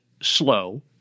slow